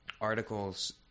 articles